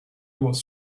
was